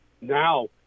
Now